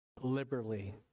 liberally